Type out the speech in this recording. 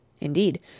Indeed